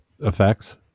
effects